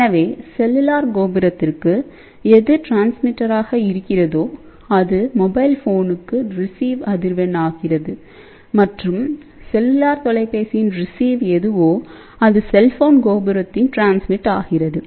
எனவே செல்லுலார் கோபுரத்திற்கு எது ட்ரான்ஸ்மிடாக இருக்கிறதோ இது மொபைல் ஃபோனுக்கான ரிசீவ் அதிர்வெண் ஆகிறது மற்றும் செல்லுலார் தொலைபேசியின் ரிசீவ் எதுவோ அது செல்போன் கோபுரத்தின் டிரான்ஸ்மிட் ஆகிறது